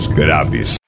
graves